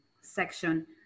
section